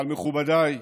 אבל מכובדיי,